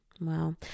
Wow